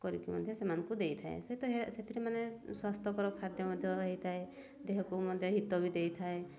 କରିକି ମଧ୍ୟ ସେମାନଙ୍କୁ ଦେଇଥାଏ ସହିତ ସେଥିରେ ମାନେ ସ୍ୱାସ୍ଥ୍ୟକର ଖାଦ୍ୟ ମଧ୍ୟ ହୋଇଥାଏ ଦେହକୁ ମଧ୍ୟ ହିତ ବି ଦେଇଥାଏ